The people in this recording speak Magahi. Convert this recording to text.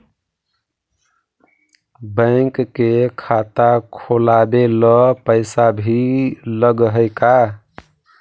बैंक में खाता खोलाबे ल पैसा भी लग है का?